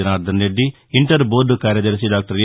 Janardhan Reddy inter board కార్యదర్భి doctor A